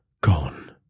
gone